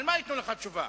על מה הם ייתנו לך תשובה?